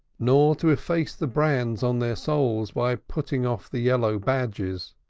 nor to efface the brands on their souls by putting off the yellow badges.